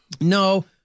No